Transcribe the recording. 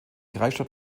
kreisstadt